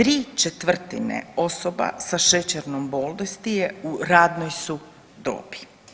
3/4 osoba sa šećernom bolesti je u radnoj su dobi.